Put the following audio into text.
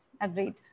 agreed